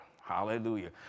Hallelujah